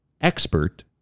expert